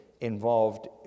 involved